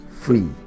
free